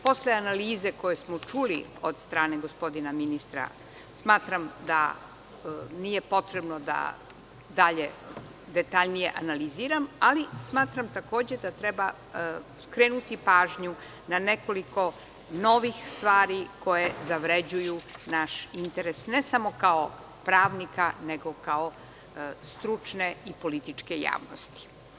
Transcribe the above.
Posle analize koju smo čuli od strane gospodina ministra, smatram da nije potrebno da dalje detaljnije analiziram, ali smatram takođe da treba skrenuti pažnju na nekoliko novih stvari koje zavređuju naš interes ne samo kao pravnika nego kao stručnu i političku javnost.